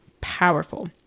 powerful